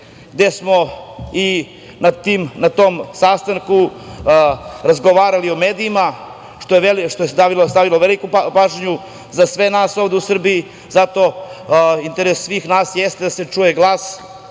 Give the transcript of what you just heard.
gde smo i na tom sastanku razgovarali o medijima, što je stavilo veliku pažnju za sve nas ovde u Srbiji, zato interes svih nas jeste da se čuje glas